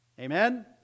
Amen